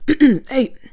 hey